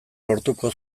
lortuko